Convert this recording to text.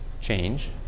change